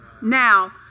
Now